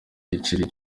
igiceri